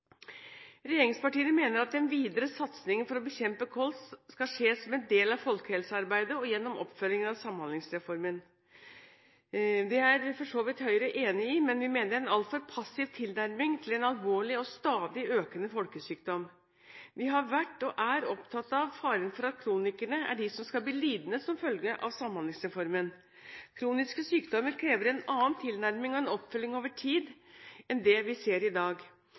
Regjeringspartiene mener at den videre satsingen for å bekjempe kols skal skje som en del av folkehelsearbeidet og gjennom oppfølging av Samhandlingsreformen. Det er for så vidt Høyre enig i, men vi mener det er en altfor passiv tilnærming til en alvorlig og stadig økende folkesykdom. Vi har vært og er opptatt av faren for at kronikerne er de som skal bli lidende som en følge av Samhandlingsreformen. Kroniske sykdommer krever en annen tilnærming og oppfølging over tid enn det vi ser i dag.